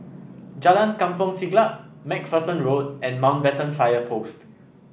Jalan Kampong Siglap MacPherson Road and Mountbatten Fire Post